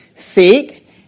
Seek